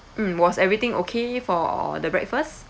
mm was everything okay for the breakfast